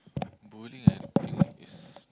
bowling I think is